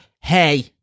Hey